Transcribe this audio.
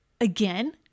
Again